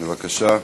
בבקשה.